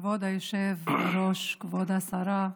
כבוד היושב-ראש, כבוד השרה,